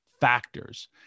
factors